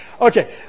Okay